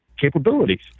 capabilities